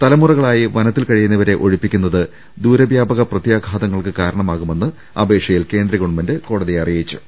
തലമുറകളായി വനത്തിൽ കഴിയുന്നവരെ ഒഴിപ്പിക്കുന്നത് ദൂരവൃാപക പ്രത്യാഘാതങ്ങൾക്ക് കാരണമാകുമെന്ന് അപേക്ഷയിൽ കേന്ദ്രഗവൺമെന്റ് കോടതിയെ അറിയിച്ചു